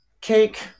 Cake